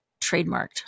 trademarked